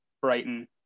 Brighton